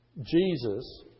Jesus